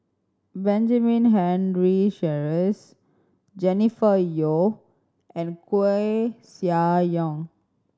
Benjamin Henry Sheares Jennifer Yeo and Koeh Sia Yong